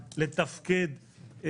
לתפקד,